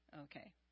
Okay